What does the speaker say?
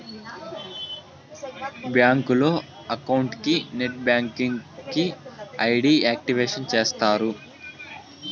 బ్యాంకులో అకౌంట్ కి net banking కి ఐ.డి యాక్టివేషన్ చేస్తారు